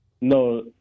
No